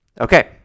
Okay